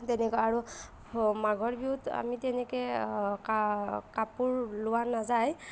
তেনেকুৱা আৰু মাঘৰ বিহুত আমি তেনেকৈ কাপোৰ লোৱা নাযায়